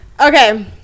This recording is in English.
Okay